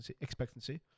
expectancy